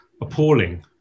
appalling